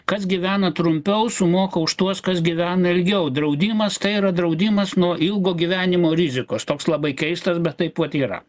kas gyvena trumpiau sumoka už tuos kas gyvena ilgiau draudimas tai yra draudimas nuo ilgo gyvenimo rizikos toks labai keistas bet taip vat yra